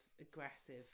aggressive